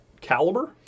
caliber